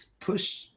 push